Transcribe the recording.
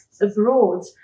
abroad